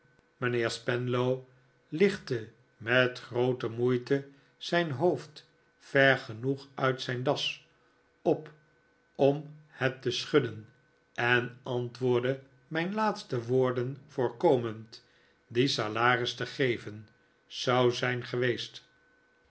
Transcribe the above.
mijnheer spenlow lichtte met groote moeite zijn hoofd ver genoeg uit zijn das op om het te schudden en antwoordde mijn laatste woorden voorkomend die salaris te geven zouden zijn geweest